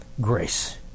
grace